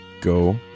Go